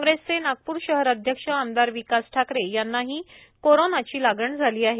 काँग्रेसचे नागपूर शहर अध्यक्ष आमदार विकास ठाकरे यांनाही कोरोनाची लागण झाली आहे